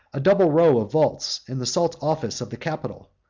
a double row of vaults, in the salt-office of the capitol,